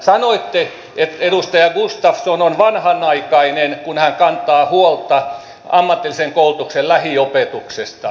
sanoitte että edustaja gustafsson on vanhanaikainen kun hän kantaa huolta ammatillisen koulutuksen lähiopetuksesta